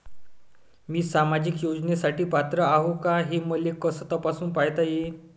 मी सामाजिक योजनेसाठी पात्र आहो का, हे मले कस तपासून पायता येईन?